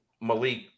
Malik